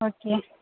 okay